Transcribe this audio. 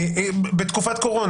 בתקופת קורונה.